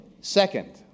Second